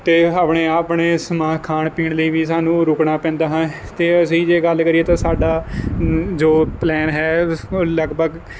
ਅਤੇ ਆਪਣੇ ਆਪਣੇ ਸਮਾਨ ਖਾਣ ਪੀਣ ਲਈ ਵੀ ਸਾਨੂੰ ਰੁਕਣਾ ਪੈਂਦਾ ਹੈ ਅਤੇ ਅਸੀਂ ਜੇ ਗੱਲ ਕਰੀਏ ਤਾਂ ਸਾਡਾ ਜੋ ਪਲੈਨ ਹੈ ਲਗਭਗ